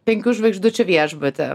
penkių žvaigždučių viešbuty